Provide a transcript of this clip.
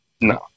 No